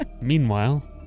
Meanwhile